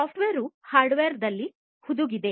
software hardware ನಲ್ಲಿ ಹುದುಗಿದೆ